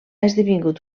esdevingut